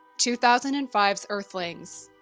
two thousand and five s earthlings,